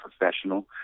professional